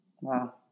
Wow